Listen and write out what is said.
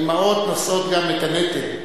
האמהות נושאות גם את הנטל.